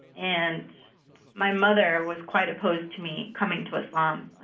and my mother was quite opposed to me coming to islam.